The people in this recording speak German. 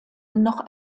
noch